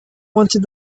wanted